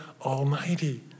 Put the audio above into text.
Almighty